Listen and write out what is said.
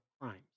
crimes